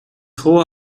hohe